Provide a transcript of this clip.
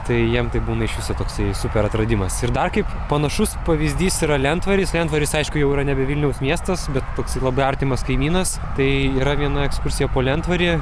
tai jiem tai būna iš viso toksai super atradimas ir dar kaip panašus pavyzdys yra lentvaris lentvaris aišku jau yra nebe vilniaus miestas bet toks labai artimas kaimynas tai yra viena ekskursija po lentvarį